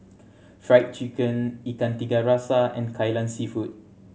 Fried Chicken Ikan Tiga Rasa and Kai Lan Seafood